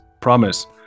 promise